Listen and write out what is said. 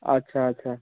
ଆଚ୍ଛା ଆଚ୍ଛା